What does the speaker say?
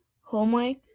Homework